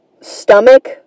stomach